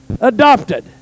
Adopted